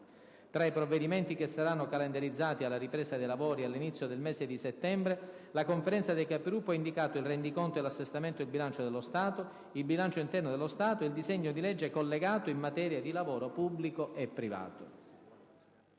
Tra i provvedimenti che saranno calendarizzati alla ripresa dei lavori all'inizio del mese di settembre la Conferenza dei Capigruppo ha indicato il rendiconto e 1'assestamento del bilancio dello Stato, il bilancio interno del Senato e il disegno di legge collegato in materia di lavoro pubblico e privato.